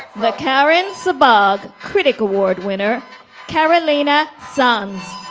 the karen sabag critic award winner karolina sons.